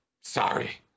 sorry